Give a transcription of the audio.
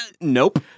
Nope